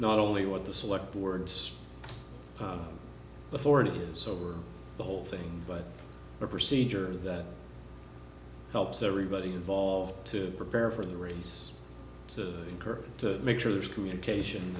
not only what the select words authority is over the whole thing but a procedure that helps everybody involved to prepare for the rains to occur to make sure there's communication